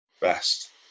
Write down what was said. Best